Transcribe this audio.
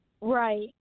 Right